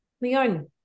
Leon